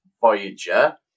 Voyager